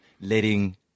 letting